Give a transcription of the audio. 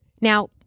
Now